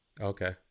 Okay